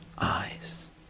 eyes